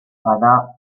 bada